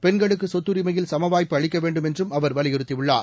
பெண்களுக்கு சொத்துரிமையில் சமவாய்ப்பு அளிக்க வேண்டும் என்றும் அவர் வலியுறுத்தி உள்ளார்